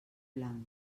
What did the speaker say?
blanc